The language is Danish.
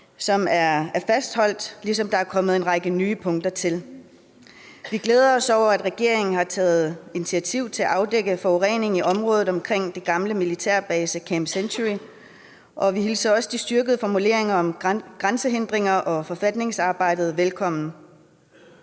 som er fastholdt, ligesom der er kommet en række nye punkter til. Vi glæder os over, at regeringen har taget initiativ til at afdække forureningen i området omkring den gamle militære base Camp Century, og vi hilser også de styrkede formuleringer om grænsehindringer og forfatningsarbejdet velkommen.